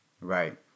Right